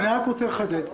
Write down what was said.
אני רק רוצה לחדד.